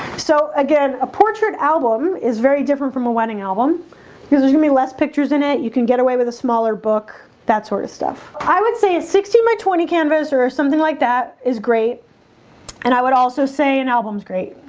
so again a portrait album is very different from a wedding album because there's gonna be less pictures in it you can get away with a smaller book that sort of stuff i would say it's sixteen by twenty canvas or something like that is great and i would also say an album is great.